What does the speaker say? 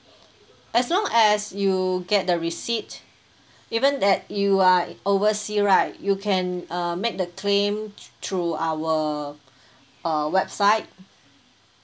as long as you get the receipt given that you are in oversea right you can err make the claim thr~ through our uh website